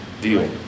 deal